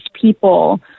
people